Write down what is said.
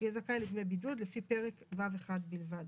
יהיה זכאי לדמי בידוד לפי פרק ו'1 בלבד",